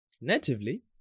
natively